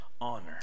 honor